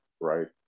Right